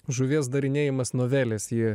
žuvies darinėjimas novelės ji